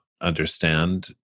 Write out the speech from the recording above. understand